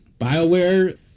BioWare